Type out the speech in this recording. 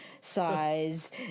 size